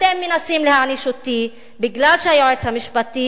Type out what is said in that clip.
אתם מנסים להעניש אותי בגלל שהיועץ המשפטי